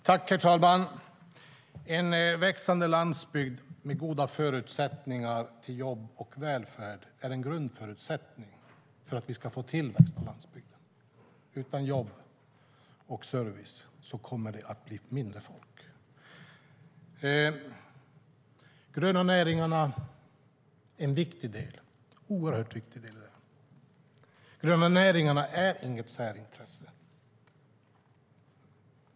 Herr talman! En växande landsbygd med goda förutsättningar för jobb och välfärd är grunden för att få tillväxt på landsbygden. Utan jobb och service blir folkmängden mindre. De gröna näringarna är en oerhört viktig del i detta. De gröna näringarna är inget särintresse.